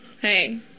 Hey